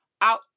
out